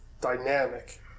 dynamic